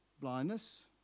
blindness